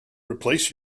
replace